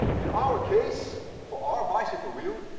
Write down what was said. in our case, for our bicycle wheel,